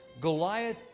Goliath